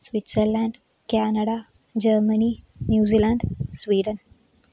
Switzerland Canada Germany New Zealand Sweden